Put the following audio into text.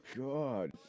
God